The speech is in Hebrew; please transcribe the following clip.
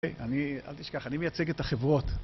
אל תשכח, אני מייצג את החברות.